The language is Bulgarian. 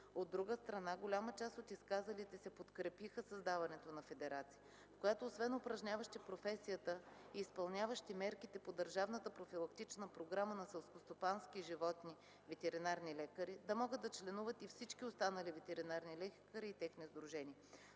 От друга страна, голяма част от изказалите се подкрепиха създаването на федерация, в която освен упражняващи професията и изпълняващи мерките по държавната профилактична програма на селскостопански животни ветеринарни лекари, да могат да членуват и всички останали ветеринарни лекари и техни сдружения.